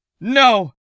No